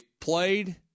played